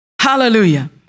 Hallelujah